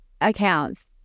Accounts